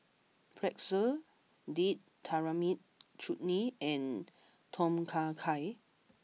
Pretzel Date Tamarind Chutney and Tom Kha Gai